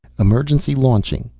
emergency launching.